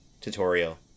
tutorial